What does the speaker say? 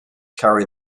carry